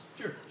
Sure